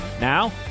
Now